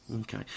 Okay